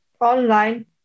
online